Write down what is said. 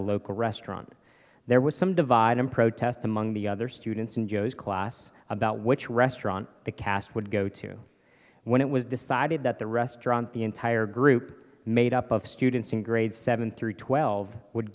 a local restaurant there was some divide in protest among the other students in joe's class about which restaurant the cast would go to when it was decided that the restaurant the entire group made up of students in grades seven through twelve would